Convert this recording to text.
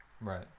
Right